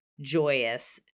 joyous